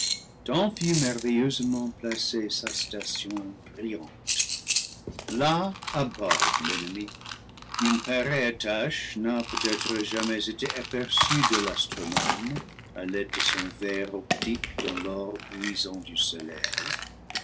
merveilleusement placée sa station brillante là aborde l'ennemi une pareille tache n'a peut-être jamais été aperçue de l'astronome à l'aide de son verre optique dans l'orbe luisant du soleil